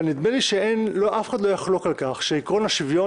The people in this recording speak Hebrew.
אבל נדמה לי שאף אחד לא יחלוק על כך שעיקרון השוויון